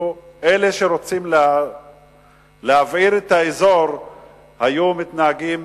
אלה שרוצים להבעיר את האזור היו מתנהגים